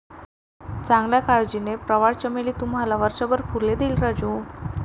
चांगल्या काळजीने, प्रवाळ चमेली तुम्हाला वर्षभर फुले देईल राजू